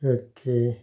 okay